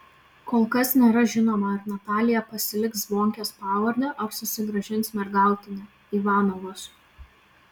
kol kas nėra žinoma ar natalija pasiliks zvonkės pavardę ar susigrąžins mergautinę ivanovos